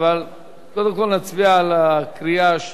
קודם כול נצביע בקריאה השנייה.